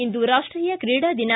ಇಂದು ರಾಷ್ಷೀಯ ಕ್ರೀಡಾ ದಿನ